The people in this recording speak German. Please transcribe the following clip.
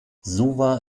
suva